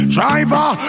Driver